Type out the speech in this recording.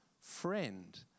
friend